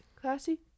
Classy